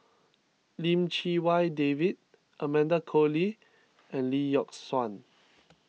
Lim Chee Wai David Amanda Koe Lee and Lee Yock Suan